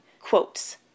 quotes